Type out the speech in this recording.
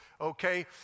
Okay